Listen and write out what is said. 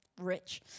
rich